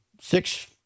six